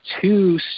two